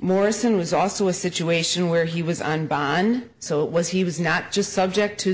morrison was also a situation where he was on bond so it was he was not just subject to